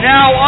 Now